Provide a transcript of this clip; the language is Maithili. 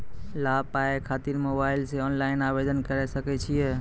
लाभ पाबय खातिर मोबाइल से ऑनलाइन आवेदन करें सकय छियै?